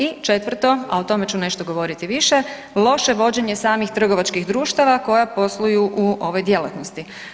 I četvrto, a o tome ću nešto govoriti više loše vođenje samih trgovačkih društava koja posluju u ovoj djelatnosti.